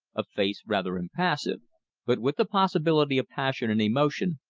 a face rather impassive but with the possibility of passion and emotion,